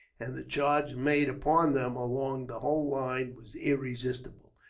and the charge made upon them, along the whole line, was irresistible.